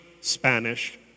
Spanish